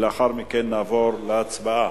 לאחר מכן נעבור להצבעה.